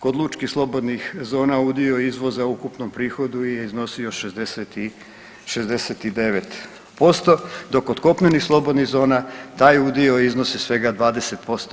Kod lučkih slobodnih zona udio izvoza u ukupnom prihodu je iznosio 69% dok kod kopnenih slobodnih zona taj udio iznosi svega 20%